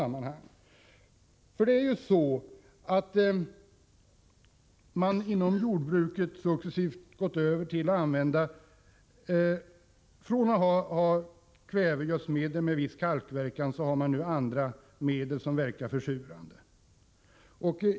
Man har ju inom jordbruket successivt gått över från att ha kvävegödselmedel med viss kalkverkan till andra medel, som verkar försurande.